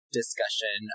discussion